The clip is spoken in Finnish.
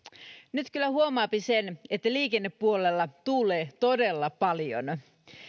nyt kyllä huomaapi sen että liikennepuolella tuulee todella paljon